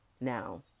Now